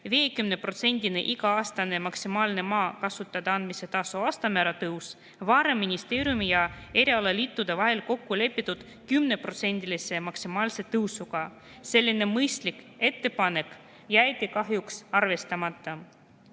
iga-aastane maksimaalne maa kasutada andmise tasu aastamäära tõus varem ministeeriumi ja erialaliitude vahel kokku lepitud 10%‑lise maksimaalse tõusuga. Selline mõistlik ettepanek jäeti kahjuks arvestamata. Liiga